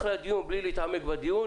בלי להתעמק בדיוק,